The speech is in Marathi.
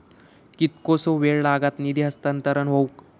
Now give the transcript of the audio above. कितकोसो वेळ लागत निधी हस्तांतरण हौक?